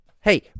Hey